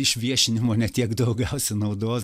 išviešinimo ne tiek daugiausiai naudos